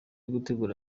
gutegura